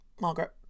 Margaret